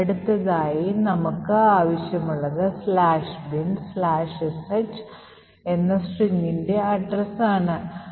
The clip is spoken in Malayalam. അടുത്തതായി നമുക്ക് ആവശ്യമുള്ളത് "binsh" എന്ന സ്ട്രിംഗിന്റെ അഡ്രസ്സ് ആണ്